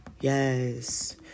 Yes